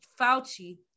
Fauci